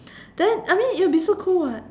then I mean it'll be so cool what